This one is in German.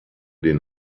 den